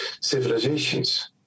civilizations